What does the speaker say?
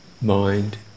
mind